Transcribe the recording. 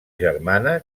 germana